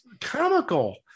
comical